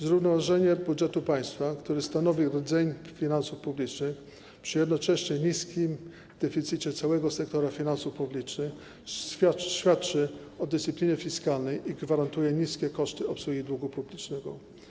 Zrównoważenie budżetu państwa, który stanowi rdzeń finansów publicznych, przy jednocześnie niskim deficycie całego sektora finansów publicznych świadczy o dyscyplinie fiskalnej i gwarantuje niskie koszty obsługi długu publicznego.